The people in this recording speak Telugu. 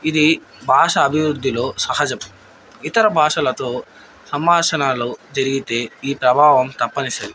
ఇది భాష అభివృద్ధిలో సహజం ఇతర భాషలతో సంభాషణలు జరిగితే ఈ ప్రభావం తప్పనిసరి